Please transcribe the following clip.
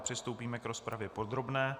Přistoupíme k rozpravě podrobné.